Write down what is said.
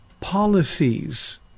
policies